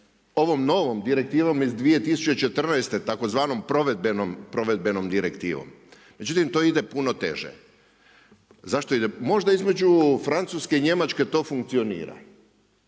ovom novom direktivom iz 2014. tzv. provedbenom direktivom. Međutim, to ide puno teže. Među između Francuske i Njemačke to funkcionira,